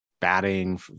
batting